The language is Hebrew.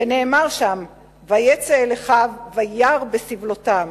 נאמר שם: ויצא אל אחיו וירא בסבלותם.